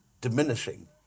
diminishing